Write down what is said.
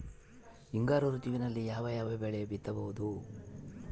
ಹಿಂಗಾರು ಋತುವಿನಲ್ಲಿ ಯಾವ ಯಾವ ಬೆಳೆ ಬಿತ್ತಬಹುದು?